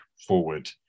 forward